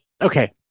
Okay